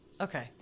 Okay